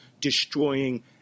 destroying